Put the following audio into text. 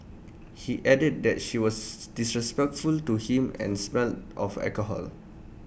he added that she was disrespectful to him and smelled of alcohol